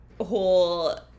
whole